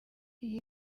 iyi